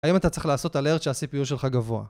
האם אתה צריך לעשות אלרט שהCPU שלך גבוה?